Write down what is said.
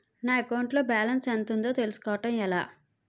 నా అకౌంట్ లో బాలన్స్ ఎంత ఉందో తెలుసుకోవటం ఎలా?